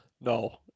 No